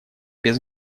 без